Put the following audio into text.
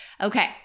Okay